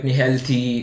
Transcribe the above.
healthy